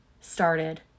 started